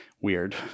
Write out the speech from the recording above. weird